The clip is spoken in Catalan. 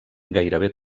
gairebé